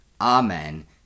Amen